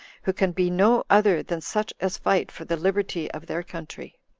who can be no other than such as fight for the liberty of their country.